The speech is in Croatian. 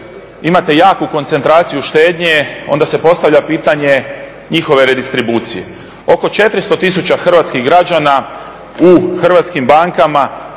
imate jaku koncentraciju štednje onda se postavlja pitanje njihove redistribucije. Oko 400 tisuća hrvatskih građana u hrvatskim bankama